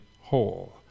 whole